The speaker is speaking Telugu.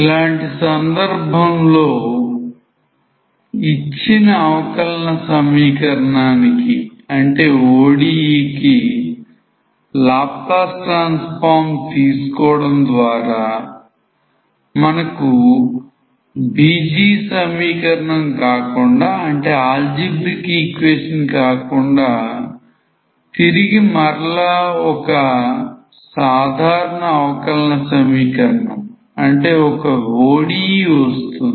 ఇలాంటి సందర్భంలో ఇచ్చిన అవకలన సమీకరణాని కి ODE కి laplace transform తీసుకోవడం ద్వారా మనకు బీజీయ సమీకరణం కాకుండా తిరిగి మరల ఒక సాధారణ అవకలన సమీకరణం వస్తుంది